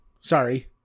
sorry